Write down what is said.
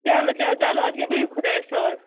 چَلو چَلو اَدٕ کے بِہِو خۄدایس حَوال